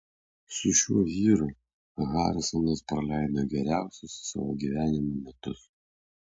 su šiuo vyru harisonas praleido geriausius savo gyvenimo metus